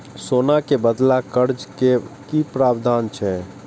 सोना के बदला कर्ज के कि प्रावधान छै?